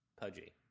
pudgy